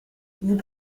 vous